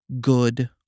good